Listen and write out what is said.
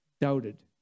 doubted